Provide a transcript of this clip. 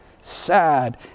sad